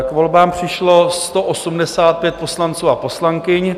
K volbám přišlo 185 poslanců a poslankyň.